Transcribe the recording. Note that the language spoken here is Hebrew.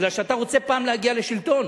מפני שאתה רוצה פעם להגיע לשלטון,